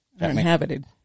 Uninhabited